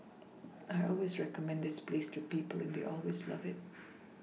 I always recommend this place to people and they always love it